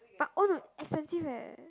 but own a expensive eh